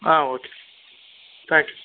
ah okay sir thanks